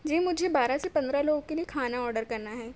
جی مجھے بارہ سے پندرہ لوگوں کے لیے کھانا آڈر کرنا ہے